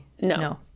No